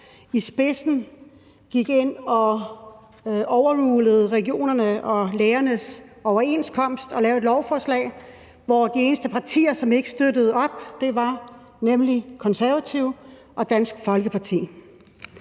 i spidsen gik ind og overrulede regionernes og lægernes overenskomst og lavede et lovforslag, hvor de eneste partier, som ikke støttede op, var Konservative og Dansk Folkeparti.